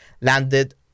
landed